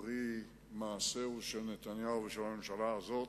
פרי מעשה של נתניהו ושל הממשלה הזאת.